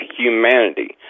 humanity